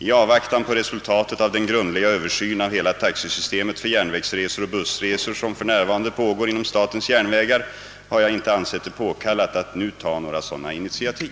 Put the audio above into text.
I avvaktan på resultatet av den grundliga översyn av hela taxesystemet för järnvägsresor och bussresor som f.n. pågår inom statens järnvägar har jag inte ansett det påkallat att nu ta några sådana initiativ.